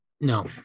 no